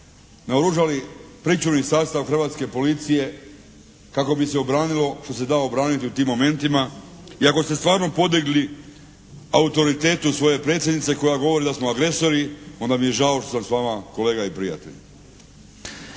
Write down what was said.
naoružali pričuvni sastav Hrvatske policije kako bi se obranilo što se da obraniti u tim momentima i ako ste stvarno podlegli autoritetu svoje predsjednice koja govori da smo agresori onda mi je žao što sam s vama kolega i prijatelj.